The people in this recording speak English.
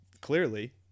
clearly